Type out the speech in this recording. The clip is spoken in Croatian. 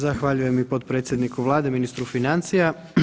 Zahvaljujem i potpredsjedniku Vlade, ministru financija.